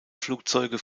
flugzeuge